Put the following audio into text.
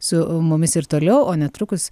su mumis ir toliau o netrukus